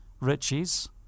Riches